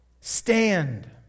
Stand